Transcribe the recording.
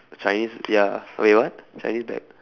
chinese ya wait what chinese brand